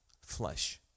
flesh